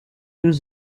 deux